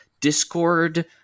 discord